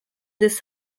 this